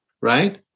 right